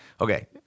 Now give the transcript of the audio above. Okay